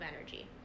energy